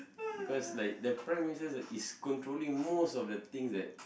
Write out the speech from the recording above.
because like the Prime-Ministers are is controlling most of the things that